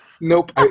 Nope